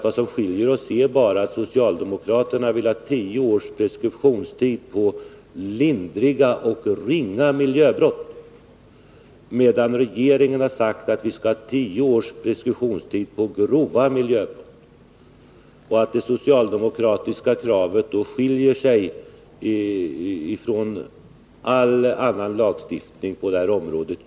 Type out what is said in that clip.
Vad som skiljer oss är bara att socialdemokraterna vill ha tio års preskriptionstid för lindriga eller ringa miljöbrott, medan regeringen har sagt att vi skall ha tio års preskriptionstid för grova miljöbrott. Det socialdemokratiska kravet skiljer sig från all annan lagstiftning av detta slag.